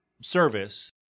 service